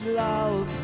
love